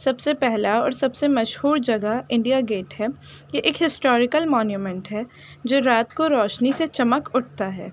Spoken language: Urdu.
سب سے پہلا اور سب سے مشہور جگہ انڈیا گیٹ ہے یہ ایک ہسٹوریکل مونیومینٹ ہے جو رات کو روشنی سے چمک اٹھتا ہے